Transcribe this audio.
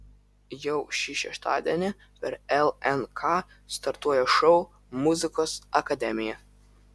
jau šį šeštadienį per lnk startuoja šou muzikos akademija